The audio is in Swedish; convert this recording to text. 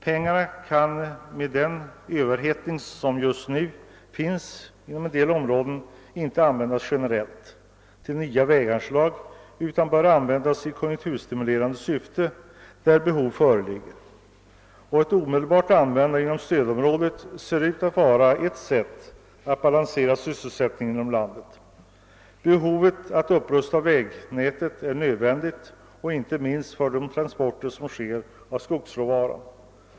Pengarna kan med den nuvarande överhettningen inom vissa områden inte användas generellt till nya väganslag utan bör användas i konjunkturstimulerande syfte där behov föreligger. Ett omedelbart användande inom stödområdet ser ut att vara ett sätt att balansera sysselsättningen inom landet. Behovet att upprusta vägnätet är nödvändigt, inte minst för transporter av skogsråvara.